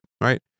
Right